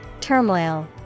Turmoil